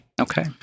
Okay